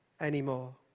anymore